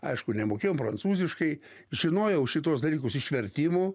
aišku nemokėjom prancūziškai žinojau šituos dalykus iš vertimų